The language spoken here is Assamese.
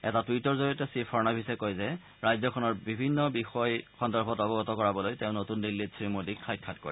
এটা টুইটৰ জৰিয়তে শ্ৰীফাড়নবীশে কয় যে ৰাজ্যখনৰ বিভিন্ন বিষয়ে অৱগত কৰাবলৈ তেওঁ নতুন দিল্লীত শ্ৰীমোডীক সাক্ষাৎ কৰে